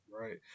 right